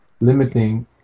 limiting